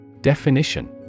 Definition